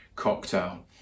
Cocktail